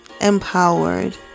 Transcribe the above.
Empowered